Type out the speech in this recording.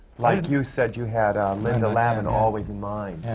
like you said you had linda lavin always in mind.